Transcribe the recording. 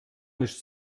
nicht